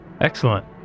Excellent